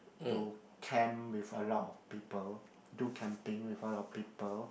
to camp with a lot of people do camping with a lot of people